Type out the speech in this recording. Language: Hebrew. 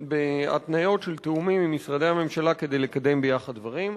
בהתניות של תיאומים עם משרדי הממשלה כדי לקדם ביחד דברים.